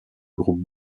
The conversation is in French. groupe